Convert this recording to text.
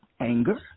Anger